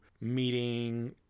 meeting